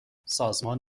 سازمان